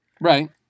Right